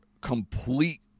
complete